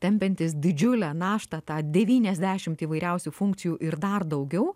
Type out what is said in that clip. tempiantys didžiulę naštą tą devyniasdešimt įvairiausių funkcijų ir dar daugiau